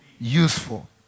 useful